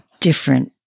different